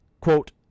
quote